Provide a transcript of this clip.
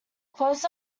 clothes